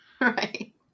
Right